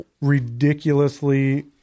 ridiculously